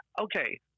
okay